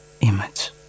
image